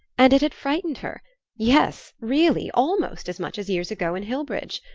and it had frightened her yes, really, almost as much as years ago in hillbridge.